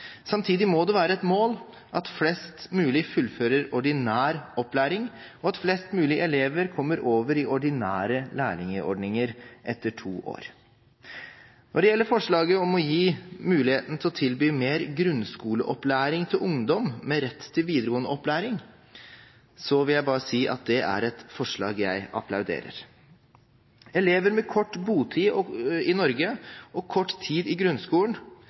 Samtidig må det være et mål at flest mulig fullfører ordinær opplæring, og at flest mulig elever kommer over i ordinære lærlingordninger etter to år. Når det gjelder forslaget om å gi muligheten til å tilby mer grunnskoleopplæring til ungdom med rett til videregående opplæring, vil jeg bare si at det er et forslag jeg applauderer. Elever med kort botid i Norge og kort tid i grunnskolen